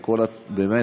באמת,